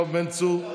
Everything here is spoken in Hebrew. יואב בן צור,